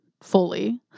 fully